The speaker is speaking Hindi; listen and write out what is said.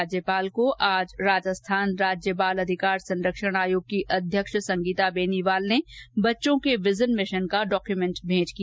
राज्यपाल को आज राजस्थान राज्य बाल अधिकार संरक्षण आयोग की अध्यक्ष संगीता बेनीवाल ने बच्चों के विजन मिशन का डॉक्यमेंट भेंट किया